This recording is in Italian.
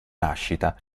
nascita